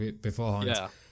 beforehand